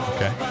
Okay